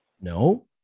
No